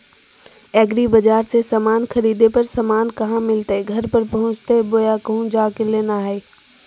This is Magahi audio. एग्रीबाजार से समान खरीदे पर समान कहा मिलतैय घर पर पहुँचतई बोया कहु जा के लेना है?